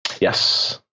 Yes